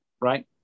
right